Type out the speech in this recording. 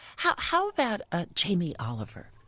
how how about ah jamie oliver?